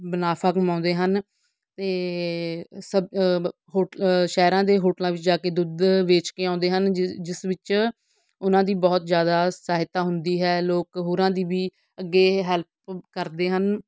ਮੁਨਾਫਾ ਕਮਾਉਂਦੇ ਹਨ ਅਤੇ ਸਬ ਹੋਟ ਸ਼ਹਿਰਾਂ ਦੇ ਹੋਟਲਾਂ ਵਿੱਚ ਜਾ ਕੇ ਦੁੱਧ ਵੇਚ ਕੇ ਆਉਂਦੇ ਹਨ ਜਿ ਜਿਸ ਵਿੱਚ ਉਹਨਾਂ ਦੀ ਬਹੁਤ ਜ਼ਿਆਦਾ ਸਹਾਇਤਾ ਹੁੰਦੀ ਹੈ ਲੋਕ ਹੋਰਾਂ ਦੀ ਵੀ ਅੱਗੇ ਹੈਲਪ ਕਰਦੇ ਹਨ